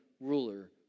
ruler